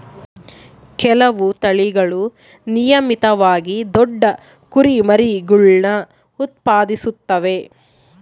ಕೆಲವು ತಳಿಗಳು ನಿಯಮಿತವಾಗಿ ದೊಡ್ಡ ಕುರಿಮರಿಗುಳ್ನ ಉತ್ಪಾದಿಸುತ್ತವೆ